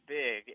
big